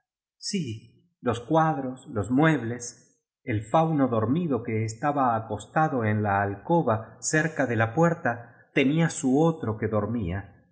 sí los cuadros los muebles el fauno dormido que estaba acostado en la alcoba cerca de la puerta tenía su otro que dormía